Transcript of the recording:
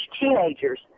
teenagers